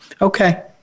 Okay